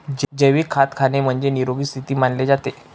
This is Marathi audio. जैविक खाद्य खाणे म्हणजे, निरोगी स्थिती मानले जाते